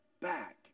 back